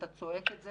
אתה צועק את זה